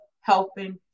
helping